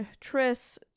Tris